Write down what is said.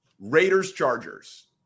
Raiders-Chargers